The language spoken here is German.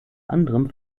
anderem